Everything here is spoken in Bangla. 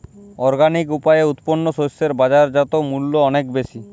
অর্গানিক উপায়ে উৎপন্ন শস্য এর বাজারজাত মূল্য অনেক বেশি